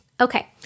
Okay